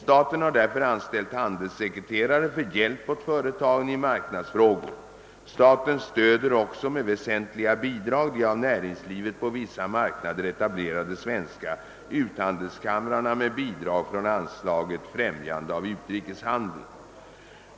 Staten har därför anställt handelssekreterare för hjälp åt företagen i marknadsföringsfrågor. Staten stöder också med väsentliga bidrag de av näringslivet på vissa marknader etablerade svenska utlandshandelskamrarna med bidrag från anslaget Främjande av utrikeshandeln.